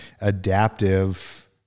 adaptive